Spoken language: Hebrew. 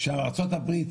שארצות הברית